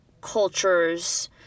cultures